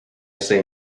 say